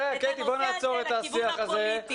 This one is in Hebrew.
בוא נעצור את השיח הזה.